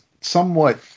somewhat